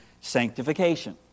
sanctification